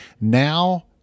Now